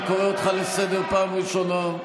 אני קורא אותך לסדר פעם ראשונה.